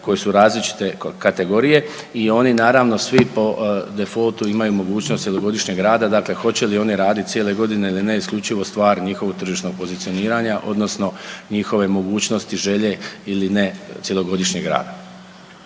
koji su različite kategorije i oni naravno svi po defoltu imaju mogućnost cjelogodišnjeg rada. Dakle, hoće li oni raditi cijele godine ili ne isključivo je stvar njihovog tržišnog pozicioniranja odnosno njihove mogućnosti, želje ili ne cjelogodišnjeg rada.